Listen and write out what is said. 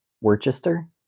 Worcester